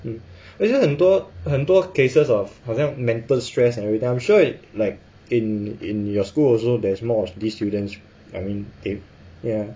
actually 很多很多 cases of 好像 mental stress and everything I'm sure it like in in your school also there's more of these students I mean ya